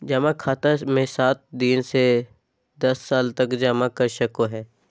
जमा खाते मे सात दिन से दस साल तक जमा कर सको हइ